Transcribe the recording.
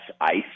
ice